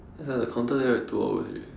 just now the counter there write two hours already